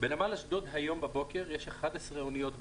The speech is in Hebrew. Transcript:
בנמל אשדוד היום בבוקר יש 11 אוניות בתור,